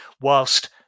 whilst